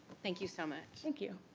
thank you so much. thank you.